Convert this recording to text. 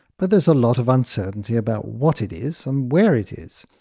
but there is a lot of uncertainty about what it is and where it is.